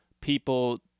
people